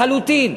לחלוטין.